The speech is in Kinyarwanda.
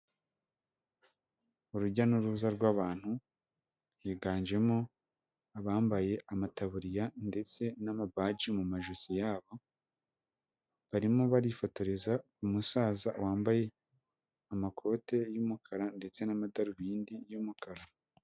Urujya n'uruza rw'abantu biganjemo abambaye amataburiya ndetse n'amabaji mu majosi yabo, barimo barifotoreza k'umusaza wambaye amakote y'umukara ndetse n'amadarubindi y'umukara.